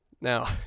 Now